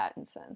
Pattinson